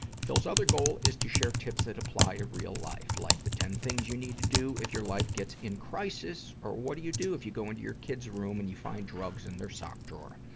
phil's other goals is to share tips that apply to real life, like the ten things you need to do if your life gets in crisis, or what do you do if you go into your kid's room and you find drugs in their sock drawer.